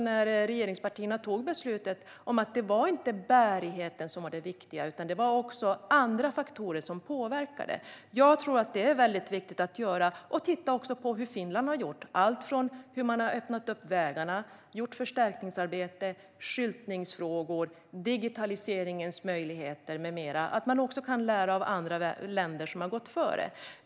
När regeringspartierna tog beslutet noterade jag att det inte var bärigheten som var det viktiga, utan det var också andra faktorer som påverkade. Jag tror att det är mycket viktigt att också titta på hur Finland har gjort när det gäller hur man har öppnat upp vägarna och gjort förstärkningsarbete och när det gäller skyltningsfrågor, digitaliseringens möjligheter med mera. Man kan lära också av andra länder som har gått före.